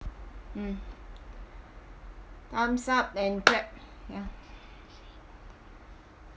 mm thumbs up and clap mm